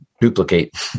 duplicate